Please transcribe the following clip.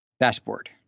Dashboard